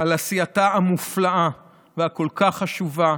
על עשייתה המופלאה והכל-כך חשובה